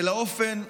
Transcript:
ולאופן,